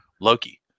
Loki